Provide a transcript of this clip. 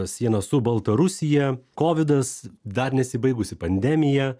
sieną su baltarusija kovidas dar nesibaigusi pandemija